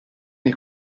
nei